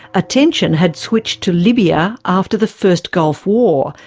attention had switched to libya after the first gulf war,